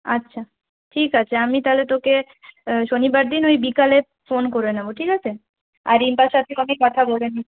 আচ্ছা ঠিক আছে আমি তাহলে তোকে শনিবার দিন ওই বিকালে ফোন করে নেব ঠিক আছে আর রিম্পার সাথে আমি কথা বলে নিচ্ছি